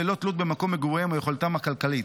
ללא תלות במקום מגוריהם או יכולתם הכלכלית.